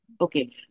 Okay